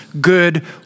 good